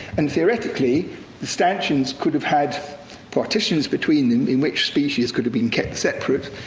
and theoretically, the stanchions could have had partitions between them, in which species could have been kept separate,